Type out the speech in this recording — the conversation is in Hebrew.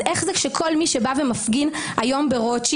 אז איך זה שכל מי שבא ומפגין היום ברוטשילד